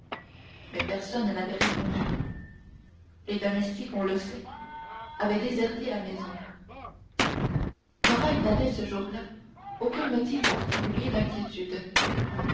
mais personne n'avait répondu les domestiques on le sait avaient déserté la maison morrel n'avait ce jour-là aucun motif particulier d'inquiétude